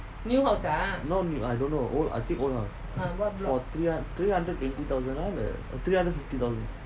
not new I don't know old I think old house three hundred three hundred twenty thousand three hundred fifty thousand